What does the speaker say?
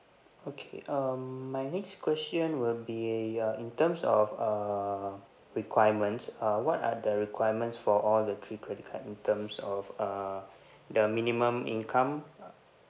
okay um my next question will be uh in terms of err requirements uh what are the requirements for all the three credit card in terms of uh the minimum income